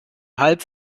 halb